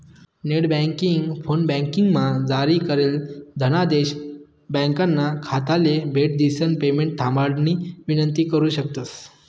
net banking, फोनबँकिंगमा जारी करेल धनादेश ब्यांकना खाताले भेट दिसन पेमेंट थांबाडानी विनंती करु शकतंस